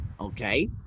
okay